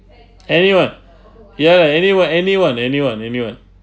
anyone ya anyone anyone anyone anyone